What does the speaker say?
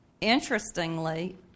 Interestingly